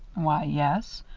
why, yes,